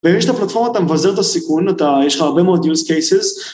ואם יש את הפלטפורמה אתה מבזר את הסיכון, יש לך הרבה מאוד use cases.